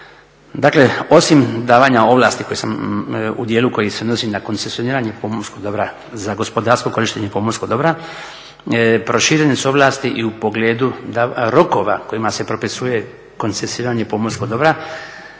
Dakle osim davanja ovlasti u dijelu koji se odnosi na koncesioniranje pomorskog dobra za gospodarsko korištenje pomorskog dobra, proširene su ovlasti i u pogledu rokova kojima se propisuje koncesioniranje pomorskog dobra